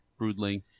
Broodling